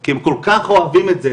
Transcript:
כי הם כל כך אוהבים את זה,